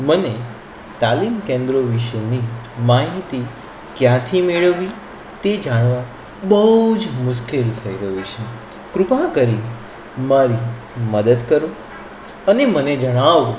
મને તાલીમ કેન્દ્રો વિષેની માહિતી ક્યાંથી મેળવવી તે જાણવા બહુ જ મુશ્કેલ થઈ ગયું છે કૃપા કરી મારી મદદ કરો અને મને જણાવો